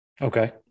Okay